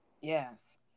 Yes